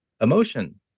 emotion